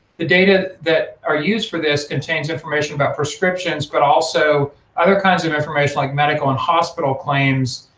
the data that are used for this contains information about prescriptions, but also other kinds of information like medical and hospital claims,